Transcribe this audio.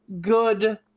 good